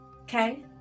Okay